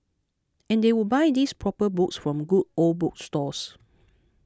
and they would buy these proper books from good old bookstores